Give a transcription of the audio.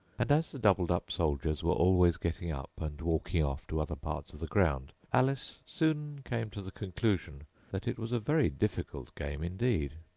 and, as the doubled-up soldiers were always getting up and walking off to other parts of the ground, alice soon came to the conclusion that it was a very difficult game indeed.